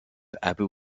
abu